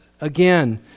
again